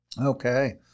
Okay